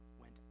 went